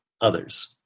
others